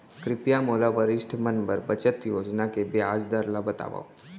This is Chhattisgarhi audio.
कृपया मोला वरिष्ठ मन बर बचत योजना के ब्याज दर ला बतावव